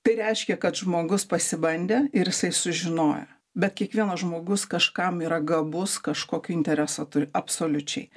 tai reiškia kad žmogus pasibandė ir jisai sužinojo bet kiekvienas žmogus kažkam yra gabus kažkokį interesą turi absoliučiai